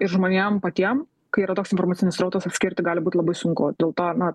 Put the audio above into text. ir žmonėm patiem kai yra toks informacinis srautas atskirti gali būt labai sunku dėl to na